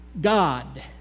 God